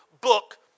book